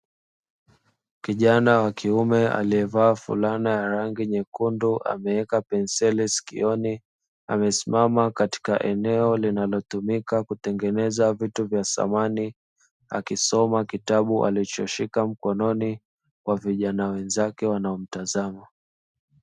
Kijana wa kiume aliyevaa fulana ya rangi nyekundu, ameweka penseli sikioni, amesimama katika eneo linalotumika kutengeneza vitu vya samani, akisoma kitabu alichoshika mkononi, kwa vijana wenzake wanaomtazama.